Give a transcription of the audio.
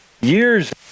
years